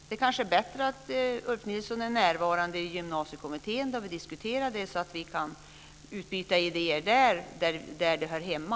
Det kanske är bättre att Ulf Nilsson är närvarande i Gymnasiekommittén när vi diskuterar det så att vi kan utbyta idéer där, där de hör hemma.